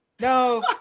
No